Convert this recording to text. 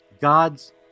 God's